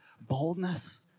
boldness